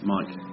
Mike